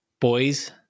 boys